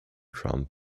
trump